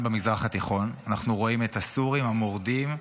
במזרח התיכון: אנחנו רואים את הסורים המורדים,